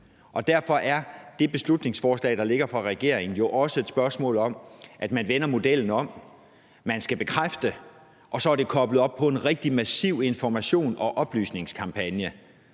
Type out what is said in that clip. Derfor er det beslutningsforslag, der ligger fra regeringen, jo også et spørgsmål om, at modellen vendes om, ved at man skal bekræfte det. Og så er det koblet op på en rigtig massiv informations- og oplysningskampagne.